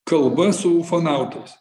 kalba su ufonautais